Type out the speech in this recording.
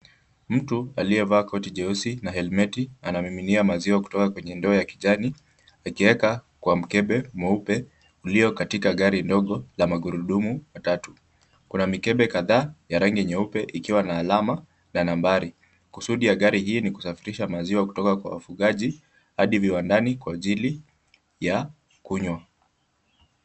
Mtu aliyevaa koti jeusi na helmeti anamiminia maziwa kutoka kwenye ndoo ya kijani akiweka kwa mkebe mweupe ulio katika gari ndogo la magurudumu matatu. Kuna mikebe kadhaa ya rangi nyeupe ikiwa na alama na nambari. Kusudi ya gari hii ni kusafirisha maziwa kutoka kwa wafugaji hadi viwandani kwa ajili ya kunywa,.